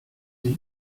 sie